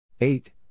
eight